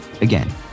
Again